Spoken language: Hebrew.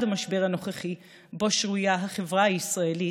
המשבר הנוכחי שבו שרויה החברה הישראלית,